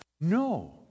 no